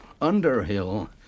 Underhill